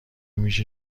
میشه